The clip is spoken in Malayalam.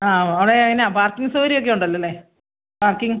ആ അവിടെ എങ്ങനാണ് പാർക്കിങ് സൗകര്യമൊക്കെ ഉണ്ടല്ലോല്ലേ പാർക്കിങ്